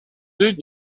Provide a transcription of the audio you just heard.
deux